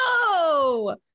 No